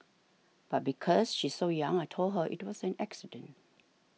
but because she's so young I told her it was an accident